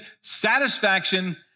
satisfaction